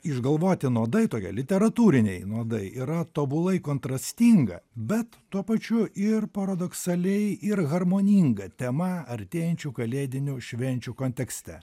išgalvoti nuodai tokie literatūriniai nuodai yra tobulai kontrastinga bet tuo pačiu ir paradoksaliai ir harmoninga tema artėjančių kalėdinių švenčių kontekste